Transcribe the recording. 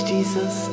Jesus